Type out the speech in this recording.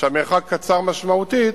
שהיא קצרה משמעותית,